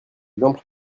exemple